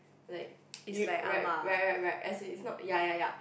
like you right right right right as in it's not ya ya ya